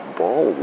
ball